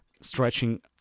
stretching